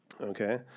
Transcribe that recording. okay